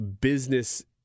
business